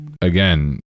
again